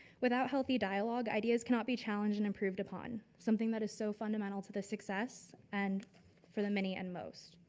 without healthy dialogue, ideas cannot be challenged and improved upon, something that is so fundamental to the success and for the many and most.